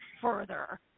further